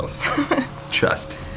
Trust